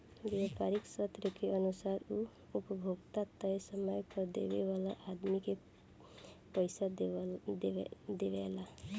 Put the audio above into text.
व्यापारीक शर्त के अनुसार उ उपभोक्ता तय समय पर देवे वाला आदमी के पइसा देवेला